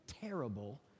terrible